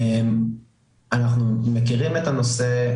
אנחנו מכירים את הנושא.